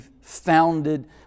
founded